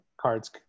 Cards